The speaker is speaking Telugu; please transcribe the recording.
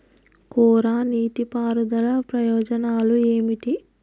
కోరా నీటి పారుదల ప్రయోజనాలు ఏమిటి?